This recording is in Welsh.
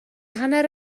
hanner